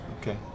Okay